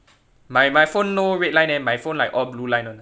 my my phone no red line eh my phone like all blue line [one] eh